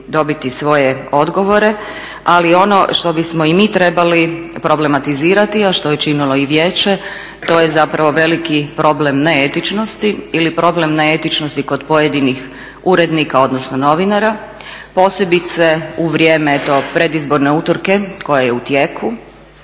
dobiti svoje odgovore ali ono što bismo i mi trebali problematizirati, a što je činilo i vijeće, to je zapravo veliki problem neetičnosti ili problem neetičnosti kod pojedinih urednika odnosno novinara, posebice u vrijeme predizborne utrke koja je u tijeku